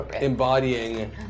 embodying